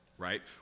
right